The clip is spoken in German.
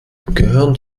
gehören